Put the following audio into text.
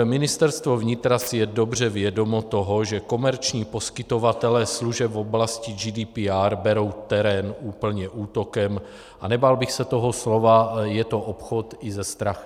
Ministerstvo vnitra si je dobře vědomo toho, že komerční poskytovatelé služeb v oblasti GDPR berou terén úplně útokem, a nebál bych se toho slova, je to i obchod se strachem.